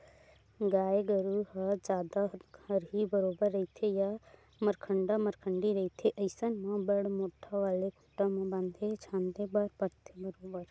गाय गरु ह जादा हरही बरोबर रहिथे या मरखंडा मरखंडी रहिथे अइसन म बड़ मोट्ठा वाले खूटा म बांधे झांदे बर परथे बरोबर